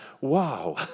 Wow